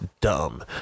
dumb